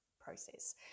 process